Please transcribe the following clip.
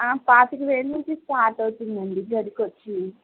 పాతిక వేలు నుంచి స్టార్ట్ అవుతుందండి గదికి వచ్చి